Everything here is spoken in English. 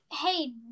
hey